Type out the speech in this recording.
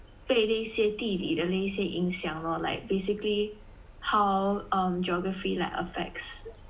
被那一些地理的那些影响 lor like basically how um geography like affects